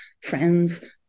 friends